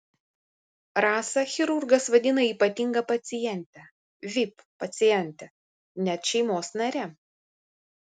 rasą chirurgas vadina ypatinga paciente vip paciente net šeimos nare